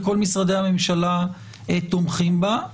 וכל משרדי הממשלה תומכים בה.